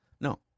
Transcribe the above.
No